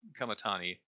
Kamatani